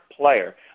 player